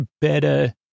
better